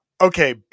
Okay